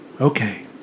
Okay